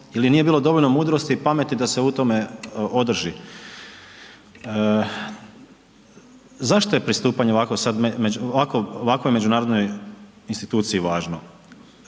ili nije bilo dovoljno mudrosti i pameti da se u tome održi. Zašto je pristupanje ovako sam ovakvoj međunarodnoj instituciji važno?